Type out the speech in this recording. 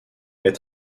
est